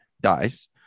dies